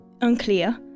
unclear